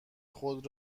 خود